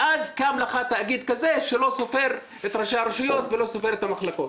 ואז קם לך תאגיד כזה שלא סופר את ראשי הרשויות ולא סופר את המחלקות.